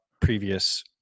previous